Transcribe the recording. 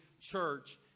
church